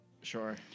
Sure